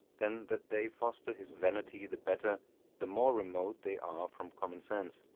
than that they foster his vanity the better the more remote they are from common sense